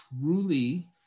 truly